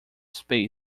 space